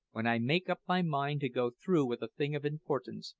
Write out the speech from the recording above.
when i make up my mind to go through with a thing of importance,